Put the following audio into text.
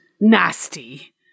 nasty